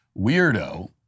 weirdo